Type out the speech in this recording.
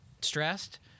stressed